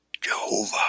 Jehovah